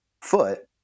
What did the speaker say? foot